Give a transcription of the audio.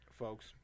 Folks